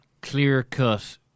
clear-cut